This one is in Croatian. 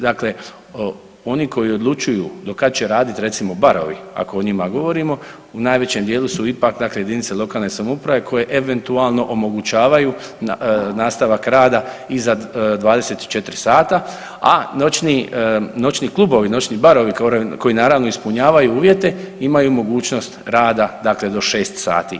Dakle, oni koji odlučuju do kad će raditi recimo barovi ako o njima govorimo u najvećem dijelu su ipak dakle jedinice lokalne samouprave koje eventualno omogućavaju nastavak rada iza 24 sata, noćni klubovi, noćni barovi koji naravno ispunjavaju uvjete imaju mogućnost rada dakle do 6 sati.